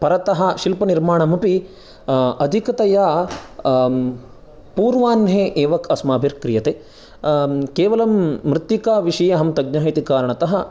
परतः शिल्पनिर्माणमपि अधिकतया पुर्वाह्ने एव अस्माभिर्क्रियते केवलं मृत्तिकाविषये अहं तज्ञः इति कारणतः